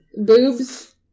boobs